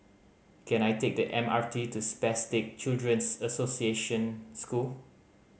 can I take the M R T to Spastic Children's Association School